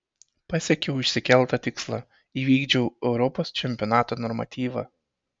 pasiekiau išsikeltą tikslą įvykdžiau europos čempionato normatyvą